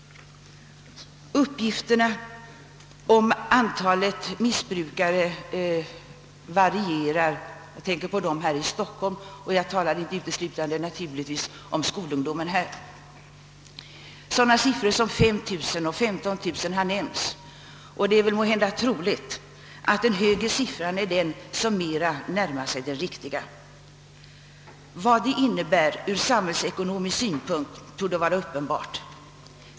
Uppgifterna om antalet missbrukare i Stockholm varierar. Jag talar då inte uteslutande om skolungdomen. Sådana siffror som 5 000 och 15 000 har nämnts. Det troliga är väl att den högre siffran ligger sanningen närmast. Vad detta innebär ur samhällsekonomisk synpunkt torde vara uppenbart.